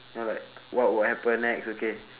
you know like what will happen next okay